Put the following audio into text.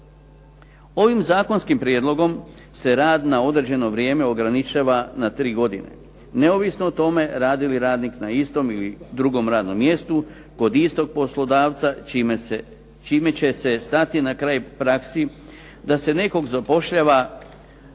Ovim zakonskim prijedlogom se rad na određeno vrijeme ograničava na tri godine, neovisno o tome radi li radnik na istom ili drugom radnom mjestu, kod istog poslodavca čime će se stati na kraju praksi da se nekog zapošljava